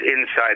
inside